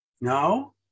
No